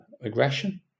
aggression